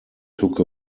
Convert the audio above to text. took